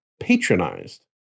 patronized